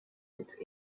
with